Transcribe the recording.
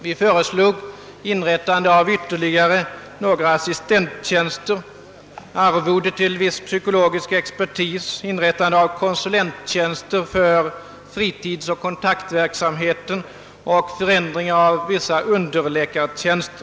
Vi föreslår sålunda inrättande av ytterligare några assistenttjänster, arvode för viss psykologisk expertis, inrättande av konsulenttjänster för fritidsoch kontaktverksamheten samt förändringar av vissa underläkartjänster.